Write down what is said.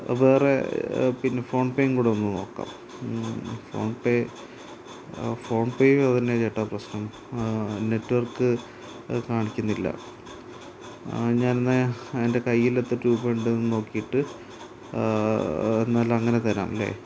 വേറെ പിന്നെ ഫോൺ പേം കൂടെ ഒന്ന് നോക്കാം ഫോൺ പേ ഫോൺ പേയിലും അത് തന്നെയാ ചേട്ടാ പ്രശ്നം നെറ്റ്വർക്ക് കാണിക്കുന്നില്ല ഞാനെന്നാല് എന്റെ കയ്യിലെത്ര രൂപയുണ്ടെന്ന് നോക്കിയിട്ട് എന്നാല് അങ്ങനെ തരാം അല്ലേ